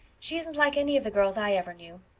she isn't like any of the girls i ever knew,